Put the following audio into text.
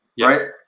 right